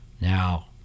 Now